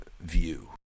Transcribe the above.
view